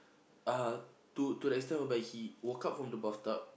uh to to the extent whereby he woke up from the bathtub